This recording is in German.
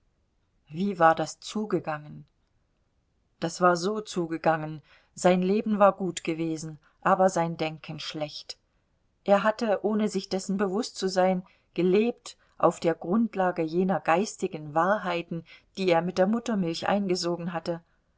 wie war das zugegangen das war so zugegangen sein leben war gut gewesen aber sein denken schlecht er hatte ohne sich dessen bewußt zu sein gelebt auf der grundlage jener geistigen wahrheiten die er mit der muttermilch eingesogen hatte